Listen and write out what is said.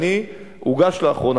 הוגש לאחרונה,